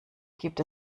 gibt